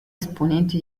esponenti